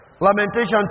Lamentation